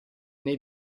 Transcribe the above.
nei